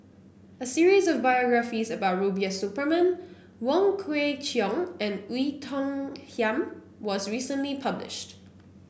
a series of biographies about Rubiah Suparman Wong Kwei Cheong and Oei Tiong Ham was recently published